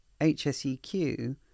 HSEQ